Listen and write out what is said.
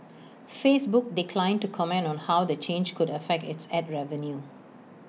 Facebook declined to comment on how the change could affect its Ad revenue